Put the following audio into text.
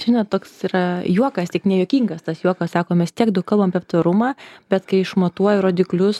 čia net toks yra juokas tik nejuokingas tas juokas sako mes tiek daug kalbam apie tvarumą bet kai išmatuoju rodiklius